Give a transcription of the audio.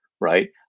right